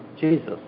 Jesus